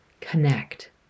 Connect